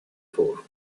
for